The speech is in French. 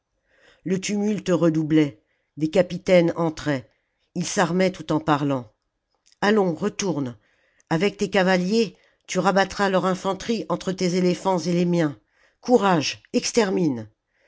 le tumulte redoublait des capitaines entraient ii s'armait tout en parlant allons retourne avec tes cavaliers tu rabattras leur infanterie entre tes éléphants et les miens courage extermine